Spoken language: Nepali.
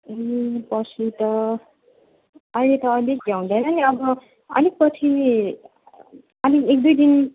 पर्सि त अहिले त अलिक भ्याउँदैन पनि अब अलिक पछि अलिक एक दुई दिन